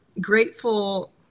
grateful